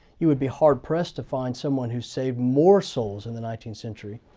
you would be hard pressed to find someone who saved more souls in the nineteenth century.